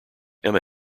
emma